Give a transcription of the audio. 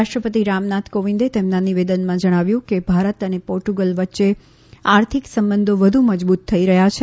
રાષ્ટ્રપતિ રામનાથ કોવિંદે તેમના નિવેદનમાં જણાવ્યું કે ભારત અને પોર્ટુગલ વચ્ચે આર્થિક સંબંધો વધુ મજબૂત થઈ રહ્યા છે